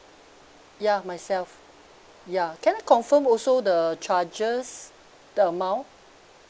ya myself ya can I confirm also the charges the amount